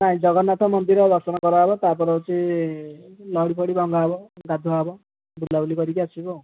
ନାଇଁ ଜଗନ୍ନାଥ ମନ୍ଦିର ଦର୍ଶନ କରାହେବ ତା'ପରେ ହେଉଛି ଲହଡ଼ି ଫହଡ଼ି ଭଙ୍ଗା ହେବ ଗାଧୁଆ ହେବ ବୁଲାବୁଲି କରିକି ଆସିବୁ ଆଉ